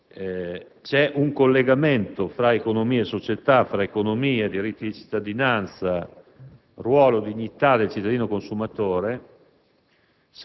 c'è un collegamento fra economia e società, fra economia e diritti di cittadinanza, fra ruolo e dignità del cittadino consumatore;